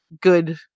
good